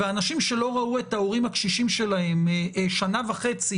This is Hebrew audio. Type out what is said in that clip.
אנשים שלא ראו את ההורים הקשישים שלהם שנה וחצי